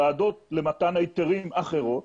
ועדות למתן ההיתרים אחרות